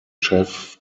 chef